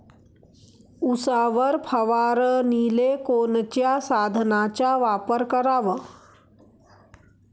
उसावर फवारनीले कोनच्या साधनाचा वापर कराव?